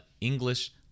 English